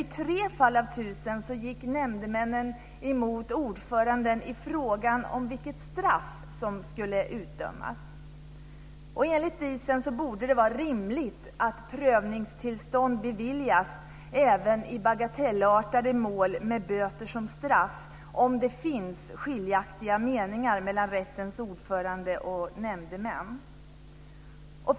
I tre fall av tusen gick nämndemännen emot ordföranden i frågan om vilket straff som skulle utdömas. Enligt Diesen borde det vara rimligt att prövningstillstånd beviljas även i bagatellartade mål med böter som straff om det finns skiljaktiga meningar mellan rättens ordförande och nämndemännen.